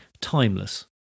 timeless